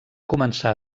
començar